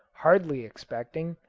hardly expecting,